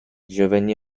giovanni